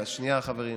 שנייה, חברים.